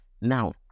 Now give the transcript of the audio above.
Now